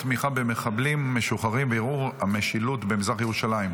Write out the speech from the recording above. בנושא: תהלוכות תמיכה במחבלים משוחררים וערעור המשילות במזרח ירושלים,